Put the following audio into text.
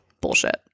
bullshit